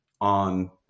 on